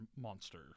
monster